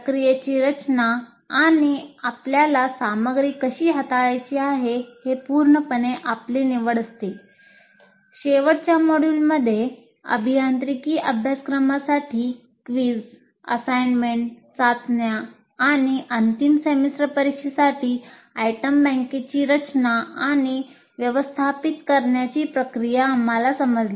प्रक्रियाची रचना चाचण्या आणि अंतिम सेमेस्टर परिक्षेसाठी आयटम बँकेची रचना आणि व्यवस्थापित करण्याची प्रक्रिया आम्हाला समजली